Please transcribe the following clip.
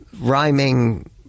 rhyming